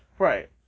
Right